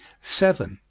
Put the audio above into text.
seven.